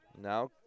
Now